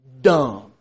dumb